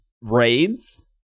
raids